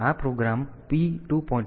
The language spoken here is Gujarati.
તેથી આ પ્રોગ્રામ P 2